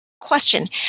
question